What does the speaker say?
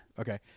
Okay